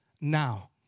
now